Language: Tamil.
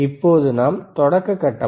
இப்போது நாம் தொடக்க கட்டமாக